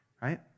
right